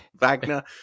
Wagner